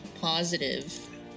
positive